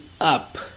up